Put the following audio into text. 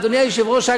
אדוני היושב-ראש,